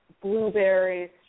blueberries